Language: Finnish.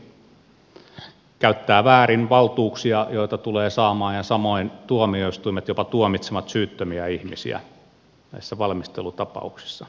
että poliisi käyttää väärin valtuuksia joita tulee saamaan ja samoin tuomioistuimet jopa tuomitsevat syyttömiä ihmisiä näissä valmistelutapauksissa